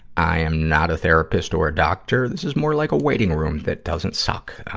i am not a therapist or a doctor. this is more like a waiting room that doesn't suck.